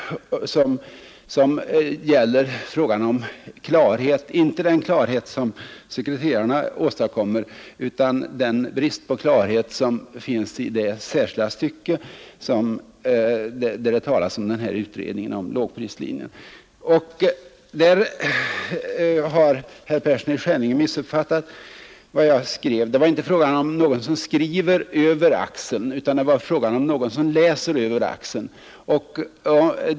Det gäller klarheten — inte den klarhet som sekreterarna åstadkommer, utan den brist på klarhet, som finns i det särskilda stycke där det talas om utredningen om lågprislinjen. Herr Persson i Skänninge har missuppfattat vad jag skriver där. Det är inte fråga om någon som skriver över axeln utan om någon som läser över axeln.